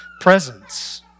presence